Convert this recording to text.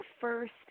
first –